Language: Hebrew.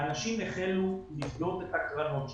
אנשים החלו לפדות את הקרנות שלהם.